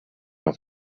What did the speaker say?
off